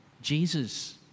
Jesus